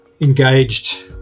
engaged